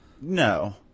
No